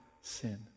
sin